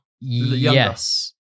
yes